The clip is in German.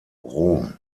rom